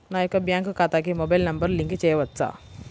నా యొక్క బ్యాంక్ ఖాతాకి మొబైల్ నంబర్ లింక్ చేయవచ్చా?